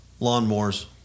lawnmowers